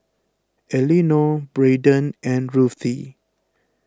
Elinore Braydon and Ruthie